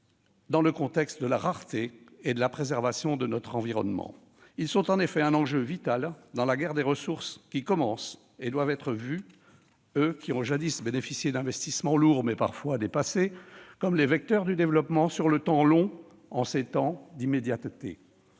dans le contexte de la rareté et de la préservation de notre environnement : ils sont un enjeu vital dans la guerre des ressources qui commence et doivent être vus, eux qui ont jadis bénéficié d'investissements lourds, mais parfois dépassés, comme les vecteurs du développement sur le temps long, en ces temps d'immédiateté.